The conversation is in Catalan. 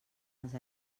els